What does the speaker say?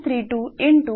55 m1